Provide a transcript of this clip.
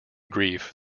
grief